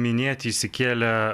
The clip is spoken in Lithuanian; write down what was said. minėti išsikėlę